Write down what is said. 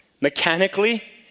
mechanically